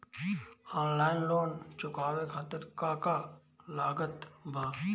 Online loan चुकावे खातिर का का लागत बा?